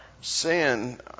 sin